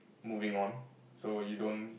moving on so you don't